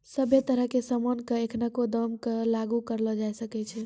सभ्भे तरह के सामान पर एखनको दाम क लागू करलो जाय सकै छै